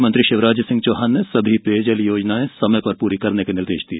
मुख्यमंत्री शिवराज सिंह चौहान ने सभी पेयजल योजनाएं समय पर पूरी करने के निर्देश दिए